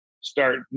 start